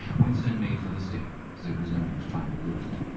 winston made for the stairs. it was no use trying the lift.